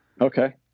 Okay